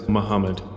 Muhammad